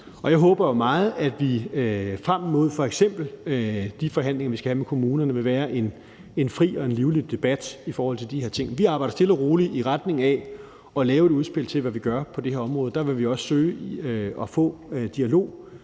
Jeg håber jo meget, at der frem mod f.eks. de forhandlinger, vi skal have med kommunerne, vil være en fri og en livlig debat om de her ting. Vi arbejder stille og roligt i retning af at lave et udspil til, hvad vi gør på det her område, og der vil vi også søge at få dialog